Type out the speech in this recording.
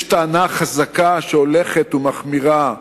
יש טענה חזקה, שהולכת ומחמירה,